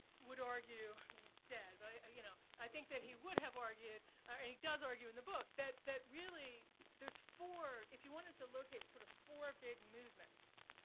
would argue i mean, he's dead, but you know i think that he would have argued, and he does argue in the book, that that really there's four if you wanted to locate sort of four big movements